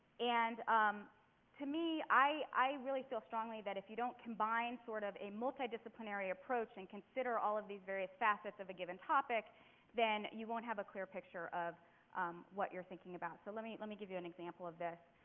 and um to me, i really feel strongly that if you don't combine sort of a multi disciplinary approach and consider all of these various facets of a given topic then you won't have a clear picture of what you're thinking about. so let me let me give you an example of this.